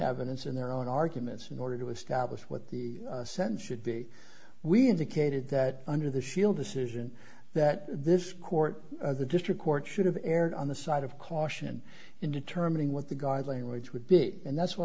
evidence in their own arguments in order to establish what the sentence should be we indicated that under the shield decision that this court or the district court should have erred on the side of caution in determining what the guard language would be and that's wh